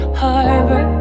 harbor